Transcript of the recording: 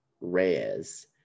Reyes